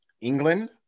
England